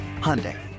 Hyundai